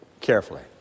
carefully